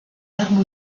armes